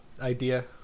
idea